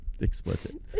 explicit